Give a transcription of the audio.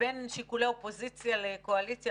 בין שיקולי אופוזיציה לקואליציה,